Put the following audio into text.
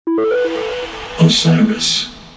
Osiris